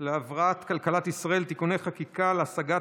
להבראת כלכלת ישראל (תיקוני חקיקה להשגת